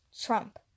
Trump